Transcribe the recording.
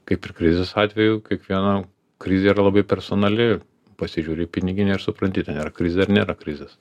kaip ir krizės atveju kiekviena krizė yra labai personali pasižiūri į piniginę ir supranti ten yra krizė ar nėra krizės